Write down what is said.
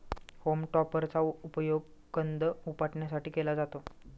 home टॉपरचा उपयोग कंद उपटण्यासाठी केला जातो